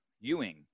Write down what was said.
Ewing